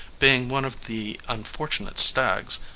being one of the unfortunate stags,